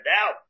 Now